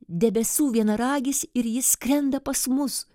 debesų vienaragis ir jis skrenda pas mus